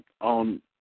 on